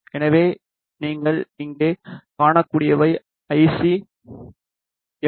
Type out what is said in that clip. எனவே நீங்கள் இங்கே காணக்கூடியவை ஐசி எல்